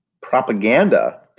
propaganda